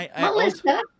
Melissa